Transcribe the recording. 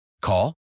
Call